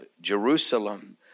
Jerusalem